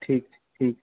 ठीक छै ठीक छै